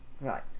Right